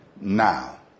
now